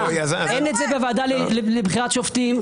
אין את זה בוועדה לבחירת שופטים,